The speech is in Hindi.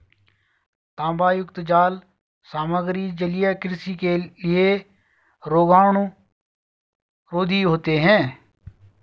तांबायुक्त जाल सामग्री जलीय कृषि के लिए रोगाणुरोधी होते हैं